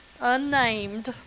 unnamed